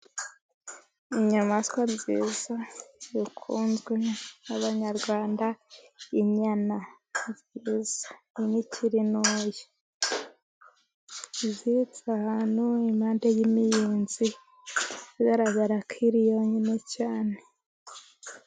Inyamaswa nziza ikunzwe n'Abanyarwanda, inyana iyo ikiri ntoya iziritse ahantu impande y'imiyenzi igaragara kiri yonyine cyane.